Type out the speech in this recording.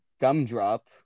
gumdrop